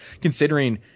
considering